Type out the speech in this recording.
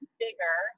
bigger